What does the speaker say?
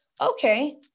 Okay